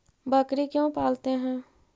बकरी क्यों पालते है?